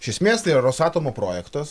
iš esmės tai yra rosatomo projektas